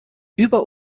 über